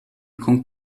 con